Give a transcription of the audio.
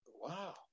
Wow